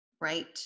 right